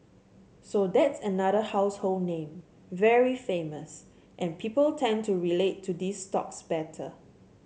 so that's another household name very famous and people tend to relate to these stocks better